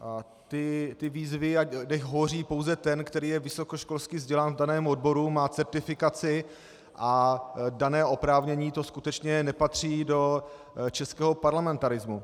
A ty výzvy, nechť hovoří pouze ten, který je vysokoškolsky vzdělán v daném oboru, má certifikaci a dané oprávnění, to skutečně nepatří do českého parlamentarismu.